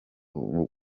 umugabo